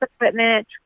equipment